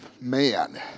man